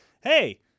hey